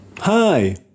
Hi